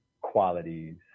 qualities